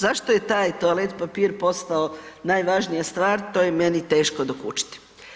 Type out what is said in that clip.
Zašto je taj toalet papir postao najvažnija stvar to je meni teško dokučiti.